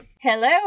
Hello